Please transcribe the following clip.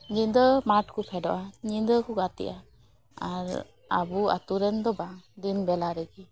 ᱧᱤᱫᱟᱹ ᱢᱟᱴᱷ ᱠᱚ ᱯᱷᱮᱰᱚᱜᱼᱟ ᱧᱤᱫᱟᱹ ᱠᱚ ᱜᱟᱛᱮᱜᱼᱟ ᱟᱨ ᱟᱹᱛᱩ ᱨᱮᱱ ᱫᱚ ᱵᱟᱝ ᱫᱤᱱ ᱵᱮᱞᱟ ᱨᱮᱜᱮ